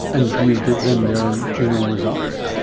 and do you give them their genome results?